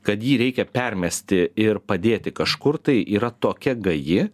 kad jį reikia permesti ir padėti kažkur tai yra tokia gaji